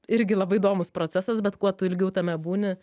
irgi labai įdomus procesas bet kuo tu ilgiau tame būni